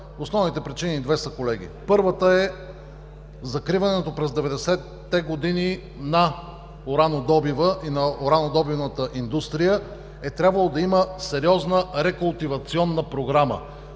основните причини са две, колеги. Първата е, закриването през 90-те години на уранодобива и на уранодобивната индустрия е трябвало да има сериозна рекултивационна програма.